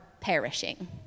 perishing